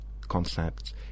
concepts